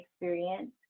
experience